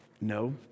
No